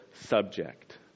subject